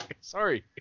Sorry